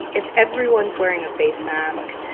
if everyone's wearing a face mask,